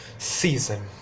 season